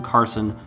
Carson